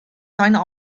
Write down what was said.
seine